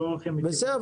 בסדר,